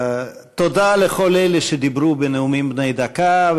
תודה לכל אלה שדיברו בנאומים בני דקה.